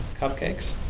cupcakes